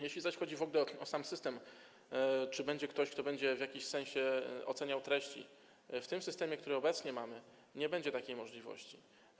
Jeśli zaś chodzi w ogóle o sam system, czy będzie ktoś, kto będzie w jakimś sensie oceniał treści, to w systemie, który mamy obecnie, nie będzie takiej możliwości.